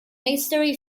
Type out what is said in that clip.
mystery